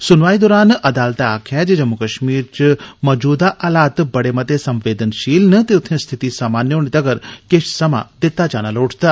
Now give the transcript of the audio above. सुनवाई दौरान अदालतै आक्खेआ जे जम्मू कश्मीर च मौजूदा हालात बड़े मते संवेदनशील न ते उत्थे स्थिति सामान्य होने तगर किश समां दिता जाना लोड़चदा